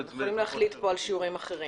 על שיעורים אחרים.